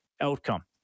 outcome